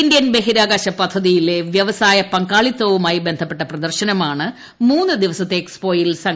Indian ബഹിരാകാശ പദ്ധതിയിലെ വ്യവസായ പങ്കാളിത്തവുമായി ബന്ധപ്പെട്ട പ്രദർശനമാണ് മൂന്നു ദിവസത്തെ എക്സ്പോയിൽ സംഘടിച്ചിരിക്കുന്നത്